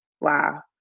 Wow